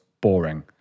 boring